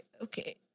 Okay